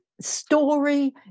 story